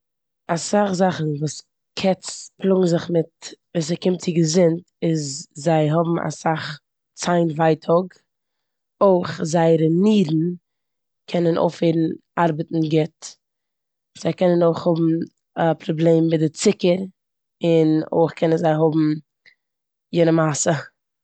אסאך זאכן וואס קעץ פלאגן זיך מיט ווען ס'קומט צו געזונט איז זיי האבן אסאך ציין ווייטאג, אויך זייערע נירן קענען אויפהערן ארבעטן גוט. זיי קענען אויך האבן א פראבלעם מיט די צוקער און אויך קענען זיי האבן יענע מעשה.